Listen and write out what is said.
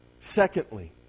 Secondly